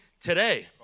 today